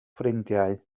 ffrindiau